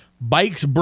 Bikes